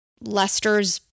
lester's